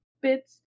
bits